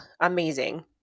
amazing